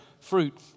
fruit